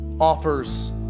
offers